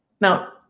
Now